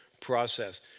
process